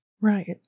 Right